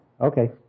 Okay